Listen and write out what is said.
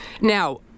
Now